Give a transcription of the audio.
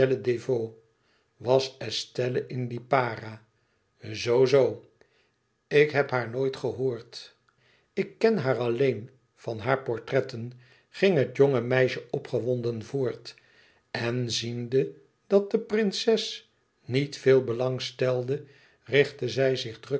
was estelle in lipara zoo zoo ik heb haar nooit gehoord ik ken haar alleen van haar portretten ging het jonge meisje opgewonden voort en ziende dat de prinses niet veel belang stelde richtte zij zich druk